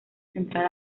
central